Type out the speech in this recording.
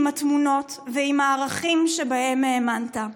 עם התמונות ועם הערכים שבהם האמנת.